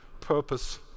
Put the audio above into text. purpose